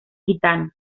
gitanos